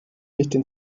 mich